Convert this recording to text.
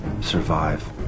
Survive